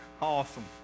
awesome